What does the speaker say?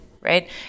right